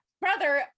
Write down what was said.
brother